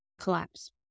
collapse